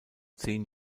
zehn